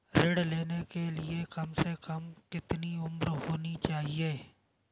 ऋण लेने के लिए कम से कम कितनी उम्र होनी चाहिए?